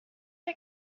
are